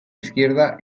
izquierda